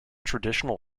traditional